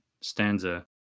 stanza